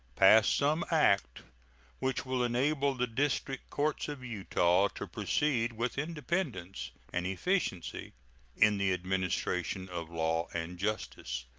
pass some act which will enable the district courts of utah to proceed with independence and efficiency in the administration of law and justice.